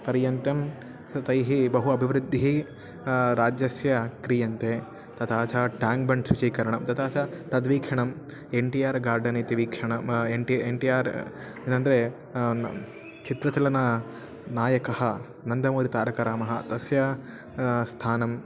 पर्यन्तं तैः बहु अभिवृद्धिः राज्यस्य क्रियन्ते तथा च टाङ्क् बङ्ड् शुचीकरणं तथा च तद्वीक्षणम् एन् टी आर् गार्डन् इति वीक्षणं N T N T R एनन्द्रे चित्रचलननायकः नन्दमूर्तारकरामः तस्य स्थानं